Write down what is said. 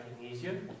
easier